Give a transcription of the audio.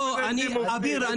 אביר,